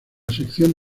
sección